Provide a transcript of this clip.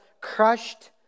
crushed